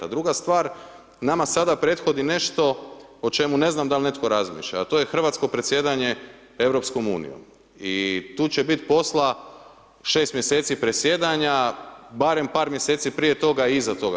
A druga stvar, nama sada prethodi nešto o čemu ne znam dal netko razmišlja, a to je hrvatsko predsjedanje EU-om i tu će biti posla 6 mjeseci presjedanja, barem par mjeseci prije toga i iza toga.